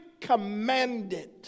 commanded